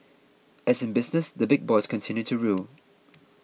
as in business the big boys continue to rule